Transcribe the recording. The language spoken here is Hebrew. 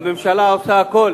הממשלה עושה הכול